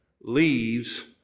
leaves